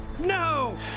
no